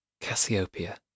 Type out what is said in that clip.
Cassiopeia